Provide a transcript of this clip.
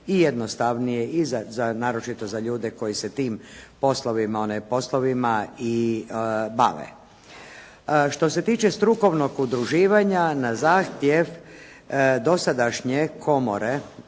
i jednostavnije, naročito za ljude koji se tim poslovima i bave. Što se tiče strukovnog udruživanja na zahtjev dosadašnje komore